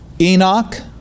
Enoch